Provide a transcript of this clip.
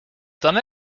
done